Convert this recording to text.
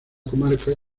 comarca